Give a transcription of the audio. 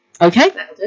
Okay